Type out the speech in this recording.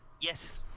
Yes